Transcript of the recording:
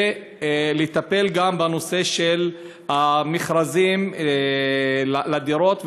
ולטפל גם בנושא של המכרזים לדירות,